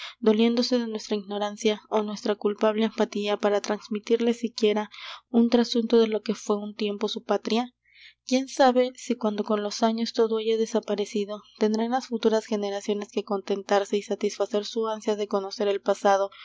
doliéndose de nuestra ignorancia ó nuestra culpable apatía para transmitirles siquiera un trasunto de lo que fué un tiempo su patria quién sabe si cuando con los años todo haya desaparecido tendrán las futuras generaciones que contentarse y satisfacer su ansia de conocer el pasado